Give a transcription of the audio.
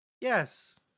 Yes